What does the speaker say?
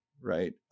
right